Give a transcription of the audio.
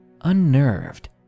Unnerved